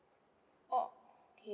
okay